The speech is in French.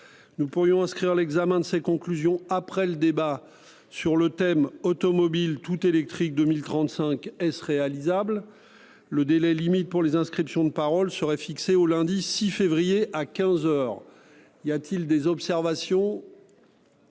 Nous pourrions inscrire l'examen de ces conclusions après le débat sur le thème automobile tout électrique 2035 est-ce réalisable. Le délai limite pour les inscriptions de parole serait fixée au lundi 6 février à 15h. Y a-t-il des observations.